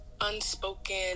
unspoken